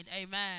Amen